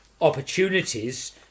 opportunities